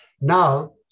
Now